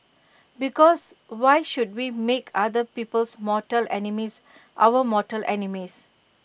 because why should we make other people's mortal enemies our mortal enemies